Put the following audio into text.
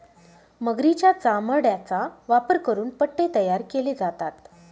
मगरीच्या चामड्याचा वापर करून पट्टे तयार केले जातात